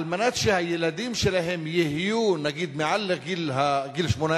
על מנת שהילדים שלהם יהיו, נגיד, מעל גיל 18,